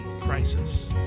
Crisis